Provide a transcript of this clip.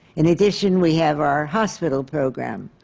in addition, we have our hospital program,